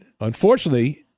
unfortunately